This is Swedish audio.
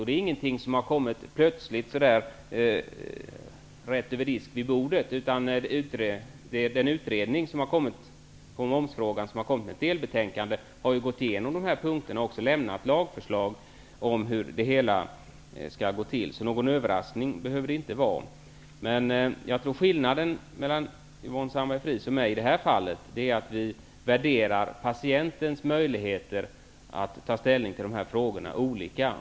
Det är ingenting som har kommit plötsligt, rätt över disk vid bordet, utan utredningen i momsfrågan har kommit med ett delbetänkande, och den har gått igenom dessa punkter och lämnat lagförslag om hur det hela skall gå till. Någon överraskning behöver det inte vara. Jag tror att skillnaden mellan Yvonne Sandberg Fries och mig i det här fallet är att vi värderar patientens möjligheter att ta ställning till dessa frågor olika.